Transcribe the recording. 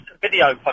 video